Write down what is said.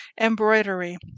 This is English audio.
embroidery